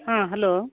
ಹಾಂ ಹಲೋ